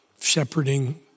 shepherding